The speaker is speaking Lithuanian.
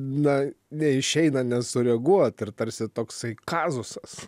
na neišeina nesureaguot ir tarsi toksai kazusas